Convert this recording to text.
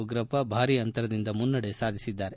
ಉಗ್ರಪ್ಪ ಭಾರಿ ಅಂತರದಿಂದ ಮುನ್ನಡೆ ಸಾಧಿಸಿದ್ದಾರೆ